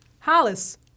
Hollis